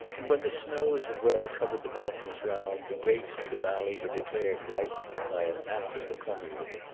and when the snows had well covered the mountains around, the grapes in the valley were declared ripe by an act of the commune.